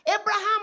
Abraham